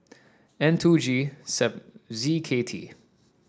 N two G Z K T